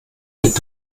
mit